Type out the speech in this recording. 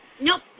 Nope